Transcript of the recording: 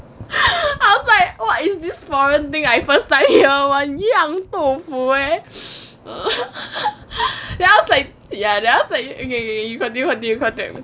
I was like what is this foreign thing I first time hear one 酿豆腐 eh then I was like okay okay you continue continue